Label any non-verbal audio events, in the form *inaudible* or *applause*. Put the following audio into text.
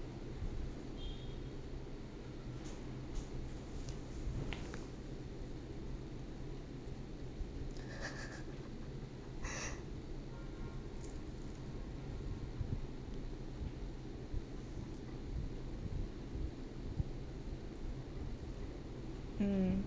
*laughs* mm